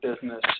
business